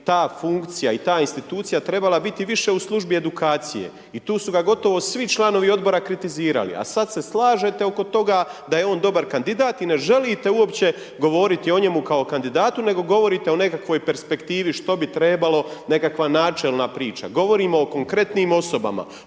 bi ta funkcija i ta institucija trebala biti više u službi edukacije. I tu su ga gotovo svi članovi Odbora kritizirali, a sada se slažete oko toga da je on dobar kandidat i ne želite uopće govoriti o njemu kao kandidatu, nego govorite o nekakvoj perspektivi što bi trebalo, nekakva načelna priča. Govorimo o konkretnim osobama.